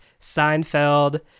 Seinfeld